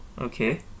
okay